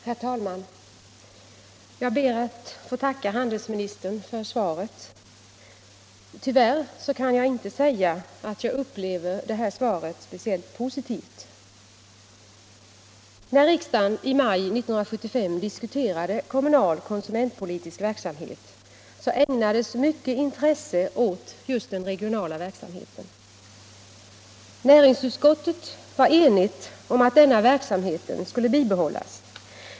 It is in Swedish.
Herr talman! Jag ber att få tacka handelsministern för svaret på min interpellation. Tyvärr kan jag inte säga att jag upplever det speciellt positivt. När riksdagen i maj 1975 diskuterade kommunal konsumentpolitisk verksamhet ägnades mycket intresse åt just den regionala verksamheten. Näringsutskottet var enigt om att denna verksamhet skulle bibehållas.